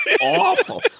awful